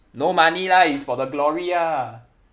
no money lah it's for the glory ah